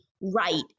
right